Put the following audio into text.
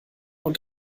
und